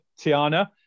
Tiana